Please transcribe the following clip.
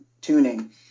tuning